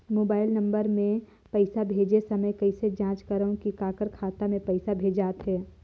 Mobile number मे पइसा भेजे समय कइसे जांच करव की काकर खाता मे पइसा भेजात हे?